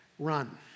run